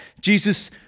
Jesus